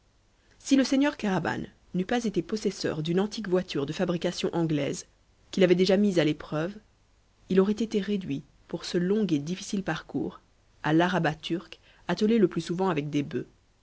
si le seigneur kéraban n'eût pas été possesseur d'une antique voiture de fabrication anglaise qu'il avait déjà mise à l'épreuve il aurait été réduit pour ce long et difficile parcours à l'araba turque attelée le plus souvent avec des boeufs